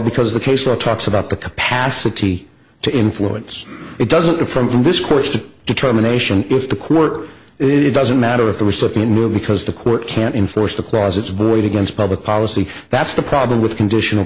because the case or talks about the capacity to influence it doesn't go from for this course of determination if the court it doesn't matter if the recipient moved because the court can't enforce the clause it's void against public policy that's the problem with conditional